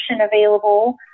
available